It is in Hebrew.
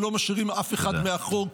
שלא משאירים אף אחד מאחור,